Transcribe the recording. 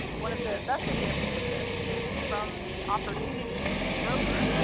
one of the best examples of this is from the opportunity rover,